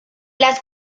las